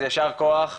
אז יישר כוח.